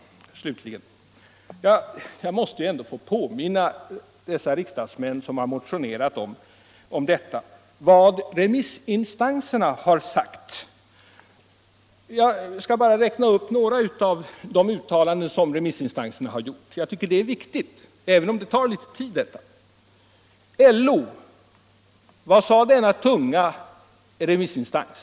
Jag måste få påminna dessa riksdagsmän som har motionerat om vad remissinstanserna har sagt. Jag skall bara återge en del av det — jag tycker att det är viktigt att göra det, även om det tar litet tid. Vad sade LO, denna tunga remissinstans?